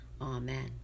Amen